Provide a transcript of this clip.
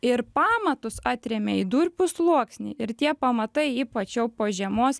ir pamatus atrėmė į durpių sluoksnį ir tie pamatai ypač jau po žiemos